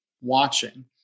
watching